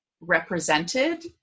represented